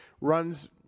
runs